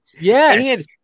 yes